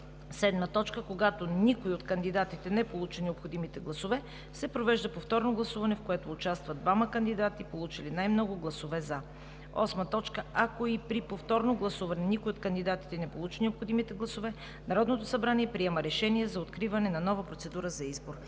„за“. 7. Когато никой от кандидатите не получи необходимите гласове, се провежда повторно гласуване, в което участват двама кандидати, получили най-много гласове „за“. 8. Ако и при повторно гласуване никой от кандидатите не получи необходимите гласове, Народното събрание приема решение за откриване на нова процедура за избор.“